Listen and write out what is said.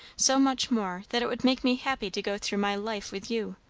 so much more, that it would make me happy to go through my life with you.